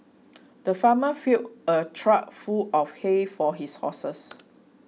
the farmer filled a trough full of hay for his horses